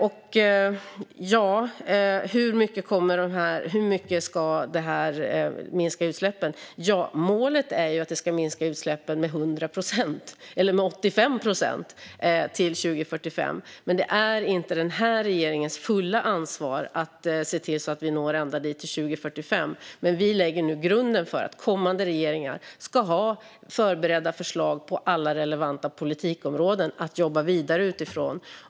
Med hur mycket ska detta då minska utsläppen? Målet är ju att det ska minska utsläppen med 100 procent, eller med 85 procent till 2045. Det är inte den här regeringens fulla ansvar att se till att vi når ända dit till 2045. Men vi lägger nu grunden för att kommande regeringar ska ha förberedda förslag att jobba vidare utifrån på alla relevanta politikområden.